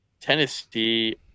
Tennessee